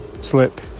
slip